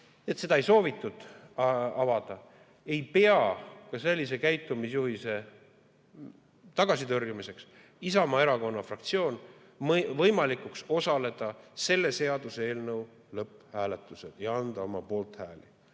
et seda ei soovitud avada, ei pea ka sellise käitumisjuhise tagasitõrjumiseks Isamaa Erakonna fraktsioon võimalikuks osaleda selle seaduseelnõu lõpphääletusel ja anda oma poolthääli.